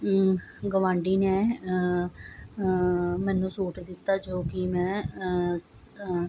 ਗੁਆਂਢੀ ਨੇ ਮੈਨੂੰ ਸੂਟ ਦਿੱਤਾ ਜੋ ਕਿ ਮੈਂ ਸ